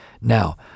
Now